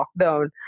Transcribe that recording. lockdown